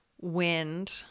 wind